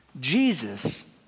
Jesus